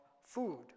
food